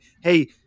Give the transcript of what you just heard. Hey